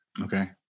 Okay